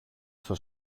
στο